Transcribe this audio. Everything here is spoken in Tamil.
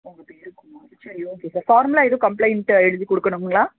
ஓகே ஓகே சரி ஓகே சார் ஃபார்மலாக எதுவும் கம்ப்ளைண்ட் எழுதிக் கொடுக்கணுங்களா